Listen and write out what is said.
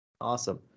Awesome